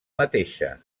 mateixa